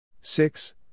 Six